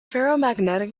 ferromagnetic